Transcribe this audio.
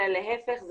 אלא להיפך,